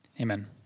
Amen